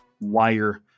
Wire